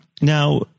Now